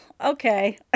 okay